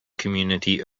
community